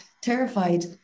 terrified